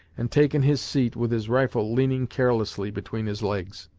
and taken his seat with his rifle leaning carelessly between his legs.